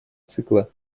цикла